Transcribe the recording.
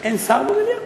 אין שר במליאה?